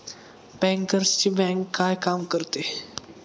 बँकर्सची बँक काय काम करते?